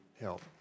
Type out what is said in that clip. help